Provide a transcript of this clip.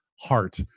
Heart